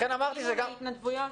יש התנדבויות.